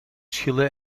schillen